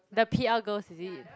the p_l girls is it